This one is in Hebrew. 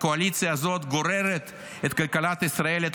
הקואליציה הזאת גוררת את כלכלת ישראל ואת